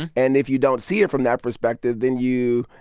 and and if you don't see it from that perspective, then you,